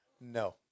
No